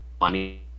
money